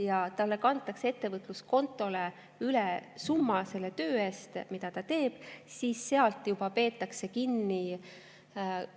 ja tema ettevõtluskontole kantakse üle summa selle töö eest, mida ta teeb, siis sealt on juba peetud kinni